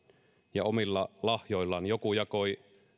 ja omilla lahjoillaan joku jakoi